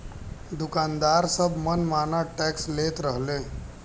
दुकानदार सब मन माना टैक्स लेत रहले